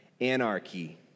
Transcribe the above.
anarchy